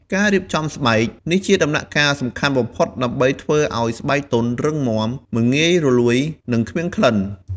ការរៀបចំស្បែក នេះជាដំណាក់កាលសំខាន់បំផុតដើម្បីធ្វើឲ្យស្បែកទន់ រឹងមាំ មិនងាយរលួយ និងគ្មានក្លិន។